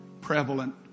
prevalent